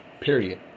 period